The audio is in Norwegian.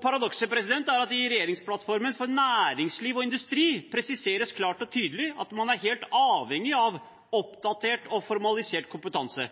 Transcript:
Paradokset er at det i regjeringsplattformen for næringsliv og industri presiseres klart og tydelig at man er helt avhengig av oppdatert og formalisert kompetanse.